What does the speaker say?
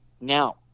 Now